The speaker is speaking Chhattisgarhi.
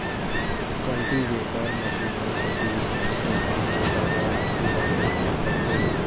कल्टीवेटर मसीन ह खेती किसानी के काम बूता बर माटी ल तइयार करथे